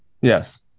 yes